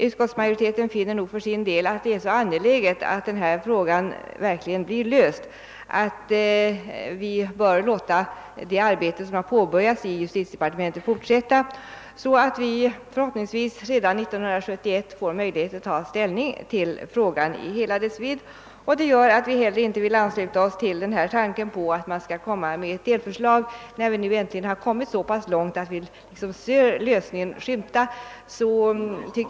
Utskottsmajoriteten finner för sin del att det är så angeläget att denna fråga verkligen blir löst, att vi bör låta det arbete, som har påbörjats i justitiedepartementet, fortsätta, så att vi förhoppningsvis redan 1971 får möjlighet att ta ställning till frågan i hela dess vidd. Det gör att vi heller inte vill ansluta oss till tanken på ett delförslag, när vi äntligen har. kommit så långt att vi ser en lösning skymta.